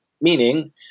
Meaning